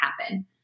happen